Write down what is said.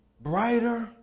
brighter